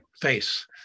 face